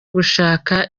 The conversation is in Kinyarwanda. gushaka